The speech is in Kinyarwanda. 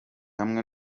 hamwe